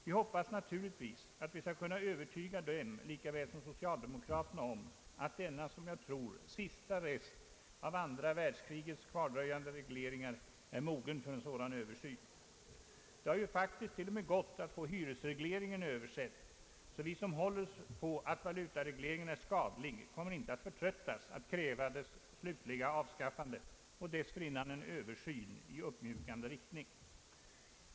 Vi hoppas naturligtvis att vi skall kunna övertyga dem likaväl som socialdemokraterna om att denna, som jag tror, sista rest av andra världskrigets kvardröjande regleringar är mogen för en sådan översyn. Det har ju faktiskt till och med gått att få hyresregleringen översedd, så vi som håller på att valutaregleringen är skadlig kommer inte att förtröttas att kräva dess slutliga avskaffande och dessförinnan en översyn i uppmjukande riktning.